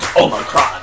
Omicron